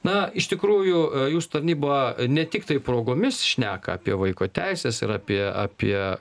na iš tikrųjų jūsų tarnyba ne tiktai progomis šneka apie vaiko teises ir apie apie